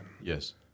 Yes